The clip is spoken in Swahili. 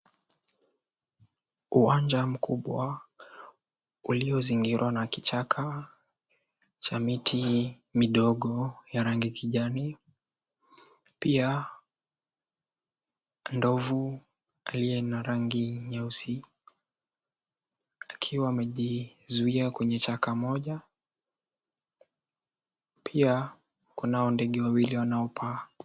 Uwanja mkubwa uliozingirwa na kichaka cha miti midogo ya rangi kijani. Pia ndovu aliye na rangi nyeusi akiwa amejizuia kwenye chaka moja. Pia kunao ndege wawili wanaopaa.